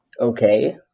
Okay